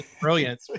Brilliant